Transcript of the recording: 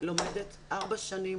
לומדת ארבע שנים